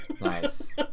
nice